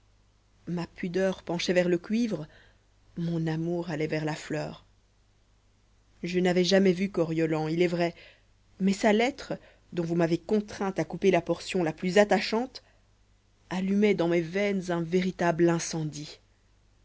ma pudeur penchait vers le cuivre mon amour allait vers la fleur je n'avais jamais vu coriolan il est vrai mais sa lettre dont vous m'avez contrainte à couper la portion la plus attachante allumait dans mes veines un véritable incendie